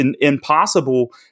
impossible